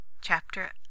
chapter